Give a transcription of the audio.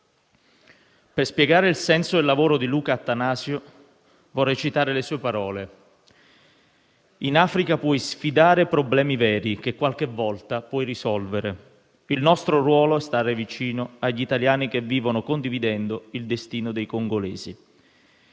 Per spiegare il senso del lavoro di Luca Attanasio, vorrei citare le sue parole: «In Africa puoi sfidare problemi veri, che qualche volta puoi risolvere. Il nostro ruolo è stare vicino agli italiani che vivono condividendo il destino dei congolesi».